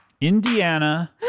Indiana